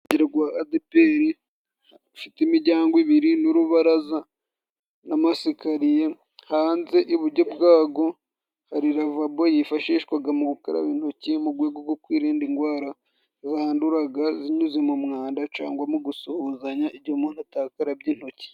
Urusengero gwa adeperi rufite imiryango ibiri n'urubaraza, n'amasikariye, hanze iburyo bwarwo hari lavabo yifashishwaga mu gukaraba intoki mu rwego rwo kwirinda indwara zanduraga zinyuze mu mwanda, cangwa mu gusuhuzanya igihe umuntu atakarabye intoki.